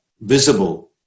visible